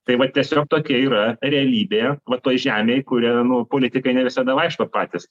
tai vat tiesiog tokia yra realybė vat toj žemėj kuria nu politikai ne visada vaikšto patys